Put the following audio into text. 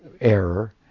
error